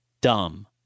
dumb